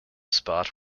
spot